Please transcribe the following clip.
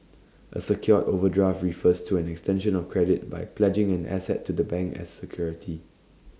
A secured overdraft refers to an extension of credit by pledging an asset to the bank as security